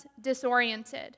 disoriented